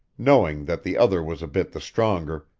knowing that the other was a bit the stronger,